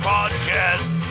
Podcast